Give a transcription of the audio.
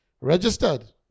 registered